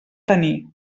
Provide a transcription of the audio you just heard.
tenir